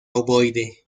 ovoide